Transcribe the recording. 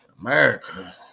America